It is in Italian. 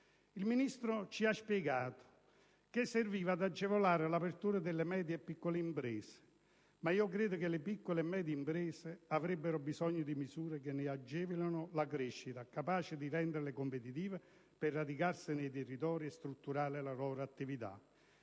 Il Ministro ci ha spiegato che servirà ad agevolare l'apertura delle piccole e medie imprese, ma io credo che le piccole e medie imprese avrebbero bisogno di misure che ne agevolino la crescita, capaci di renderle competitive, per radicarsi nei territori e strutturare la loro attività.